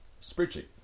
spreadsheet